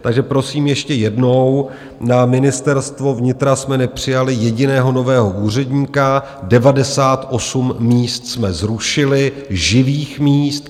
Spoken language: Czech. Takže prosím ještě jednou, na Ministerstvo vnitra jsme nepřijali jediného nového úředníka, 98 míst jsme zrušili, živých míst.